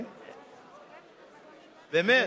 באמת.